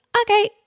Okay